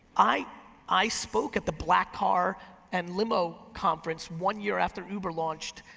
i i spoke at the black car and limo conference one year after uber launched,